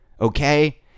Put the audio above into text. okay